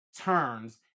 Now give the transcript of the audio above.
turns